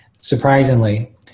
surprisingly